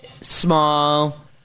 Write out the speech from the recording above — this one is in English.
Small